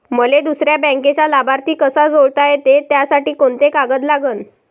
मले दुसऱ्या बँकेचा लाभार्थी कसा जोडता येते, त्यासाठी कोंते कागद लागन?